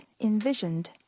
envisioned